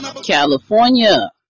California